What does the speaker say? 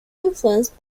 influenced